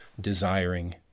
desiring